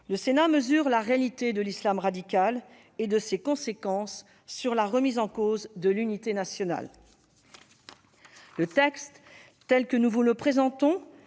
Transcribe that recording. le Sénat mesure la réalité de l'islam radical et de ses conséquences sur la remise en cause de l'unité nationale. Le texte que nous vous présentons